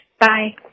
Bye